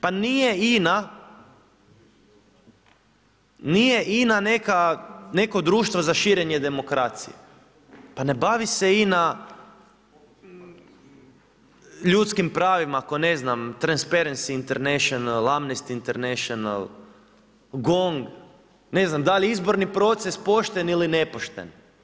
Pa nije INA neko društvo za širenje demokracije, pa ne bavi se INA ljudskim pravima kao ne znam Transparency Internationale, Amnesty International, GONG, ne znam da li je izborni proces pošten ili ne pošten.